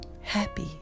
Happy